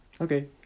Okay